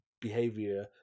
behavior